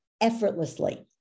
effortlessly